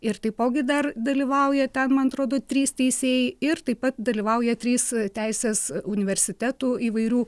ir taipogi dar dalyvauja ten man atrodo trys teisėjai ir taip pat dalyvauja trys teisės universitetų įvairių